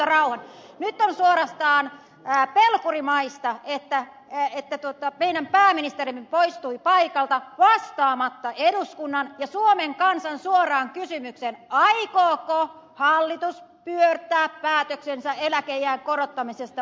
nyt on suorastaan pelkurimaista että meidän pääministerimme poistui paikalta vastaamatta eduskunnan ja suomen kansan suoraan kysymykseen aikooko hallitus pyörtää päätöksensä eläkeiän korottamisesta vai ei